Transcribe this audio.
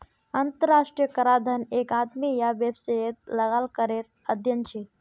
अंतर्राष्ट्रीय कराधन एक आदमी या वैवसायेत लगाल करेर अध्यन छे